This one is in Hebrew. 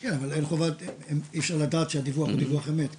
כן, אי אפשר לדעת שהדיווח הוא דיווח אמת כאן.